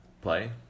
play